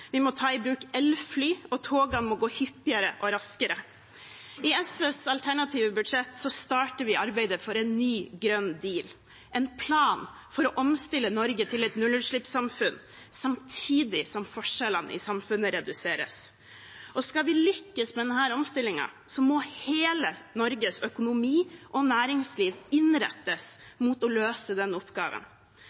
vi må ta i bruk elfly, og togene må gå hyppigere og raskere. I SVs alternative budsjett starter vi arbeidet for en ny grønn deal, en plan for å omstille Norge til et nullutslippssamfunn samtidig som forskjellene i samfunnet reduseres. Skal vi lykkes med denne omstillingen, må hele Norges økonomi og næringsliv innrettes mot å løse den oppgaven.